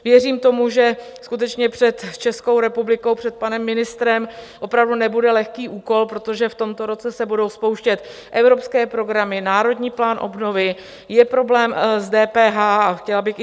Věřím tomu, že skutečně před Českou republikou, před panem ministrem opravdu nebude lehký úkol, protože v tomto roce se budou spouštět evropské programy, Národní plán obnovy, je problém s DPH.